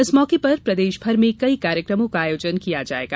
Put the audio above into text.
इस मौके पर प्रदेश भर में कई कार्यक्रमों का आयोजन किया जायेगा